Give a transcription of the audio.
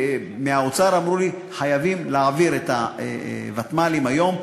מהאוצר אמרו לי: חייבים להעביר את הוותמ"לים היום,